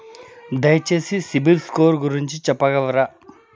దయచేసి సిబిల్ స్కోర్ గురించి చెప్పగలరా?